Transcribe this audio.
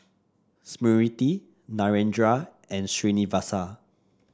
Smriti Narendra and Srinivasa